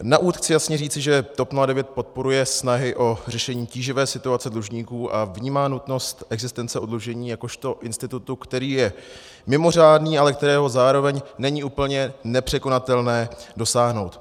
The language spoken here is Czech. Na úvod chci jasně říci, že TOP 09 podporuje snahy o řešení tíživé situace dlužníků a vnímá nutnost existence oddlužení jakožto institutu, který je mimořádný, ale kterého zároveň není úplně nepřekonatelné dosáhnout.